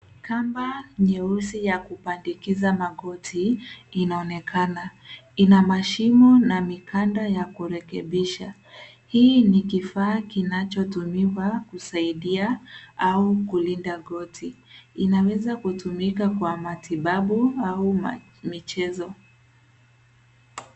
Kamba nyeusi ya kupandikiza magoti linaonekana. Ina mashimo na mikanda ya kurekebisha. Hii ni kifaa kinachotumiwa kusaidia au kulinda goti. Inaweza kutumika kwa matibabu au michezo.